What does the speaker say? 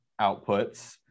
outputs